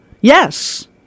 Yes